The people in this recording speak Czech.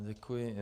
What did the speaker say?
Děkuji.